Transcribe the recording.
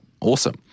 Awesome